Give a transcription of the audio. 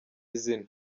izina